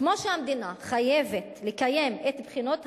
כמו שהמדינה חייבת לקיים את בחינות הבגרות,